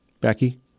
Becky